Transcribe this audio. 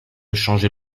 changer